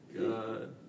God